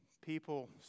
people